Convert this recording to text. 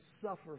suffer